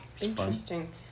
Interesting